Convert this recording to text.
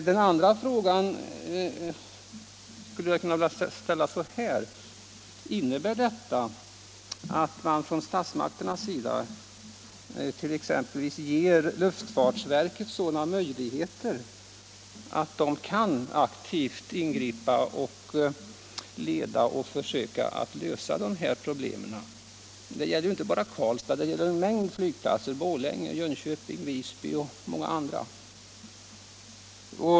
Den andra frågan skulle jag kunna formulera så: Innebär ställningstagandet att man från statsmakternas sida exempelvis ger luftfartsverket sådana möjligheter att verket kan aktivt ingripa ledande och försöka lösa problemen? Det gäller ju inte bara Karlstads flygplats utan flygplatserna i en mängd andra städer: Borlänge, Jönköping, Visby och många andra.